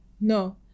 no